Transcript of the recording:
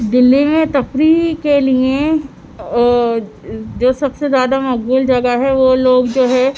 دلی میں تفریح کے لیے جو سب سے زیادہ مقبول جگہ ہے وہ لوگ جو ہے